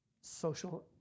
social